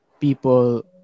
people